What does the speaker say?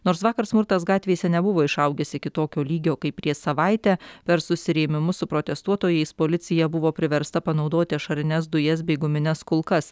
nors vakar smurtas gatvėse nebuvo išaugęs iki tokio lygio kaip prieš savaitę per susirėmimus su protestuotojais policija buvo priversta panaudoti ašarines dujas bei gumines kulkas